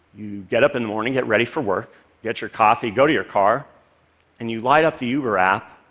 you get up in the morning, get ready for work, get your coffee, go to your car and you light up the uber app,